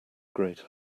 great